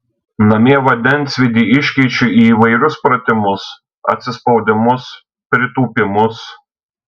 namie vandensvydį iškeičiu į įvairius pratimus atsispaudimus pritūpimus